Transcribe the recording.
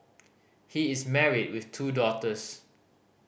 he is married with two daughters